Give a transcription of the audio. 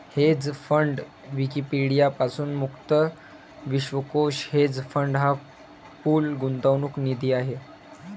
hedge fund Wikipedia पासून मुक्त विश्वकोश हेज फंड हा पूल गुंतवणूक निधी आहे